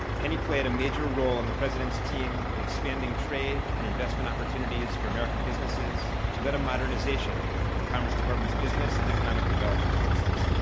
penny played a major role in the president's team in expanding trade and investment opportunities for american businesses. she led a modernization of the commerce department's business and economic development services.